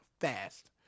fast